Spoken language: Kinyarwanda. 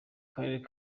karere